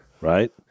right